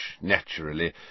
naturally